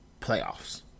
playoffs